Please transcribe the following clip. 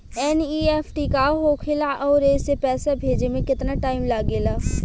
NEFT का होखे ला आउर एसे पैसा भेजे मे केतना टाइम लागेला?